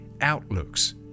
outlooks